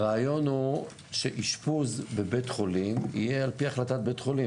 הרעיון הוא שאשפוז בבית חולים יהיה על פי החלטת בית חולים,